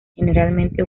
generalmente